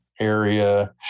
Area